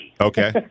Okay